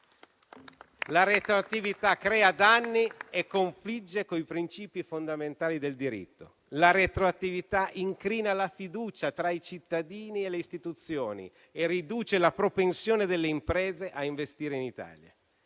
La retroattività crea danni e confligge con i principi fondamentali del diritto. La retroattività incrina la fiducia tra i cittadini e le istituzioni e riduce la propensione delle imprese a investire in Italia.